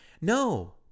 no